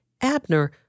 Abner